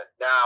Now